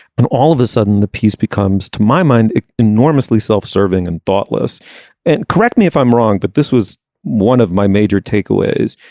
then all of a sudden the peace becomes to my mind enormously self-serving and thoughtless and correct me if i'm wrong but this was one of my major takeaways.